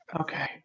Okay